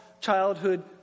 childhood